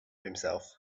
himself